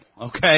okay